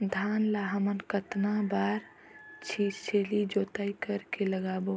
धान ला हमन कतना बार छिछली जोताई कर के लगाबो?